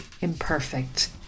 imperfect